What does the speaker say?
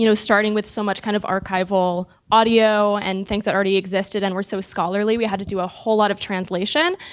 you know starting with so much kind of archival audio and things that already existed and were so scholarly, we had to do a whole lot of translation.